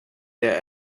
der